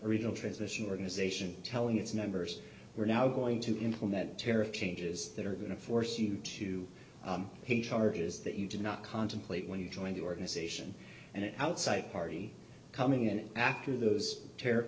original transmission organization telling its members we're now going to implement tariff changes that are going to force you to pay charges that you did not contemplate when you join the organization and it outside party coming in after those te